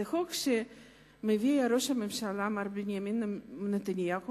זה חוק שמביא ראש הממשלה מר בנימין נתניהו,